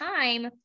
time